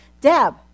Deb